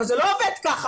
אבל זה לא עובד ככה.